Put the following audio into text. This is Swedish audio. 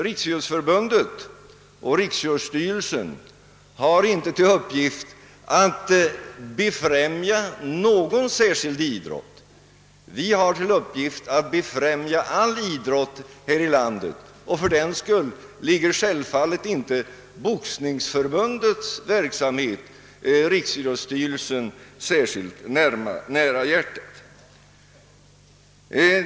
Riksidrottsförbundet och Riksidrottsstyrelsen har inte till uppgift att befrämja någon särskild idrott, utan uppgiften är att befrämja all idrott i landet och fördenskull ligger självfallet inte Boxningsförbundets verksamhet Riksidrottsstyrelsen särskilt varmt om hjärtat.